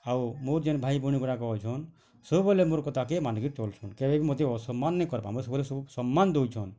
ଆଉ ମୋ ଯେନ୍ ଭାଇ ଭଉଣୀଗୁଡ଼ାକ ଅଛନ୍ ସବୁ ବେଲେ ମୋର କଥାକେ ମାନିକେ ଚଲୁଛଁନ୍ କେବେ ବି ମତେ ଅସମ୍ମାନ ନେଇ କର୍ବାଁ ବୋଲେ ସବୁ ସମ୍ମାନ ଦଉଛଁନ୍